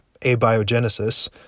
abiogenesis